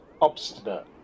obstinate